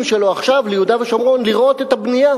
שלו עכשיו ליהודה ושומרון לראות את הבנייה.